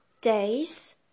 days